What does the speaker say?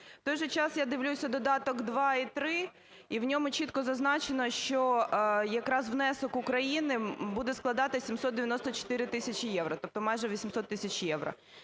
В той же час я дивлюся додаток 2 і 3, і в ньому чітко зазначено, що якраз внесок України буде складати 794 тисячі євро, тобто майже 800 тисяч євро.